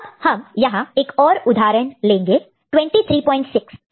अब हम यहां एक और उदाहरण लेंगे 236